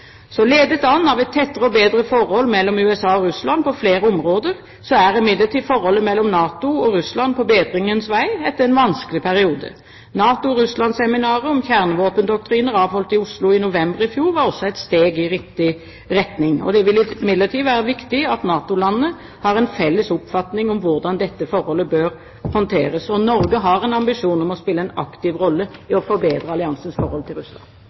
Ledet an av et tettere og bedre forhold mellom USA og Russland på flere områder er forholdet mellom NATO og Russland på bedringens vei etter en vanskelig periode. NATO–Russland-seminaret om kjernevåpendoktriner avholdt i Oslo i november i fjor var også et steg i riktig retning. Det vil imidlertid være viktig at NATO-landene har en felles oppfatning av hvordan dette forholdet bør håndteres. Norge har en ambisjon om å spille en aktiv rolle i å forbedre alliansens forhold til Russland.